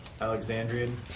Alexandrian